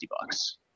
bucks